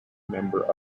member